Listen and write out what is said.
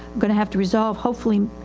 going to have to resolve hopefully.